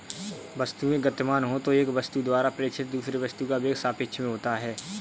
वस्तुएं गतिमान हो तो एक वस्तु द्वारा प्रेक्षित दूसरे वस्तु का वेग सापेक्ष में होता है